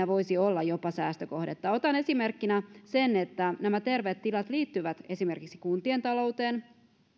voisi olla jopa säästökohdetta otan esimerkkinä sen että nämä terveet tilat liittyvät esimerkiksi kuntien talouteen